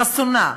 חסונה,